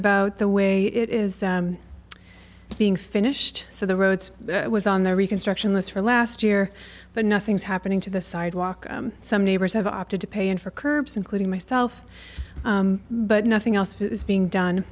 about the way it is being finished so the rhodes was on the reconstruction list for last year but nothing's happening to the sidewalk some neighbors have opted to pay in for curbs including myself but nothing else is being done